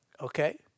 Okay